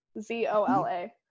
z-o-l-a